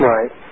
Right